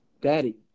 Daddy